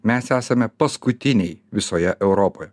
mes esame paskutiniai visoje europoje